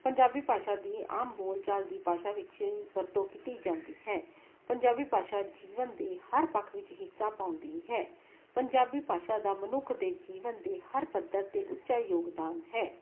ਪੰਜਾਬੀ ਭਾਸ਼ਾ ਦੀ ਆਮ ਬੋਲਚਾਲ ਦੀ ਭਾਸ਼ਾ ਵਿੱਚ ਵਰਤੋਂ ਕੀਤੀ ਜਾਂਦੀ ਹੈ ਪੰਜਾਬੀ ਭਾਸ਼ਾ ਜੀਵਨ ਦੇ ਹਰ ਪੱਖ ਵਿੱਚ ਹਿੱਸਾ ਪਾਉਂਦੀ ਹੈ ਪੰਜਾਬੀ ਭਾਸ਼ਾ ਦਾ ਮਨੁੱਖ ਦੇ ਜੀਵਨ ਦੇ ਹਰ ਪੱਧਰ 'ਤੇ ਉੱਚਾ ਯੋਗਦਾਨ ਹੈ